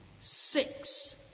Six